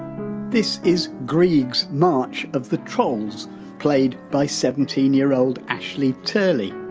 this is grieg's, march of the trolls played by seventeen yr old ashley turley.